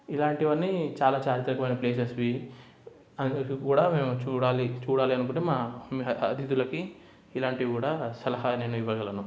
ఇలాంటివన్నీ చాలా చారిత్రాత్మకమైన ప్లేసెస్ ఇవి అన్నిటినీ కూడా మేము చూడాలి చూడాలి అనుకుంటే మా అతిథులకు ఇలాంటివి కూడా సలహా నేను ఇవ్వగలను